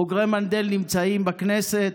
בוגרי מנדל נמצאים בכנסת,